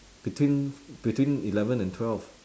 between between eleven and twelve